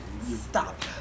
Stop